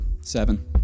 Seven